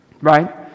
right